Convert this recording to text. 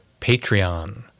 Patreon